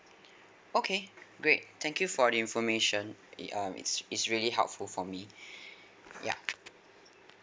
okay great thank you for the information it um it's it's really helpful for me (yup)